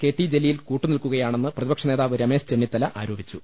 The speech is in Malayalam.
കെ ടി ജലീൽ കൂട്ടുനിൽക്കുകയാണെന്ന് പ്രതിപക്ഷ നേതാവ് രമേശ് ചെന്നിത്തല ആരോപിച്ചു